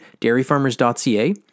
dairyfarmers.ca